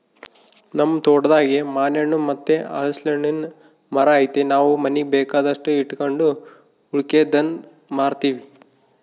ನಮ್ ತೋಟದಾಗೇ ಮಾನೆಣ್ಣು ಮತ್ತೆ ಹಲಿಸ್ನೆಣ್ಣುನ್ ಮರ ಐತೆ ನಾವು ಮನೀಗ್ ಬೇಕಾದಷ್ಟು ಇಟಗಂಡು ಉಳಿಕೇದ್ದು ಮಾರ್ತೀವಿ